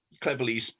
cleverly